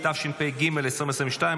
התשפ"ג 2022,